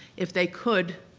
if they could,